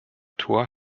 tor